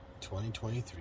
2023